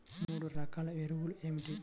మూడు రకాల ఎరువులు ఏమిటి?